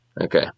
Okay